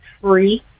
free